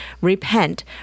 repent